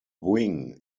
wing